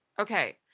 Okay